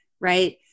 Right